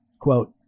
quote